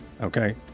okay